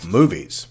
Movies